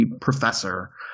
professor